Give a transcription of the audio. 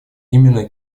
именно